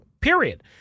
period